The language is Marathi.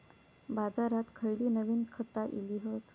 बाजारात खयली नवीन खता इली हत?